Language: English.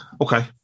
Okay